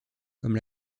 comme